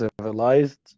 civilized